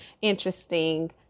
interesting